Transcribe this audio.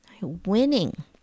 Winning